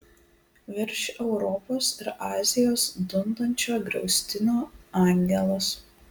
virš europos ir azijos dundančio griaustinio angelas